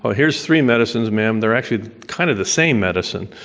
ah here's three medicines, ma'am. they're actually kind of the same medicine.